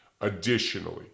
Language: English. Additionally